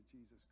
Jesus